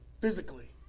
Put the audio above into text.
physically